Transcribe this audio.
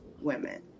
women